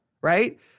right